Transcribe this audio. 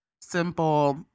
simple